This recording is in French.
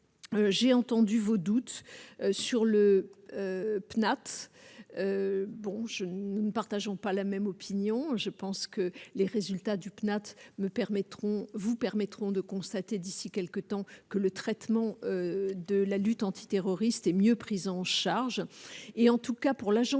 j'ai entendu vos doutes sur le PNAT brush nous ne partageons pas la même opinion je pense que les résultats du CNAT me permettront vous permettront de constater d'ici quelque temps que le traitement de la lutte antiterroriste et mieux prise en charge